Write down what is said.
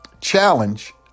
challenge